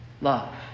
Love